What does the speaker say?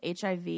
HIV